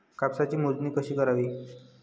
कापसाची मोजणी कशी करावी?